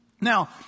Now